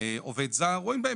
עובד זר,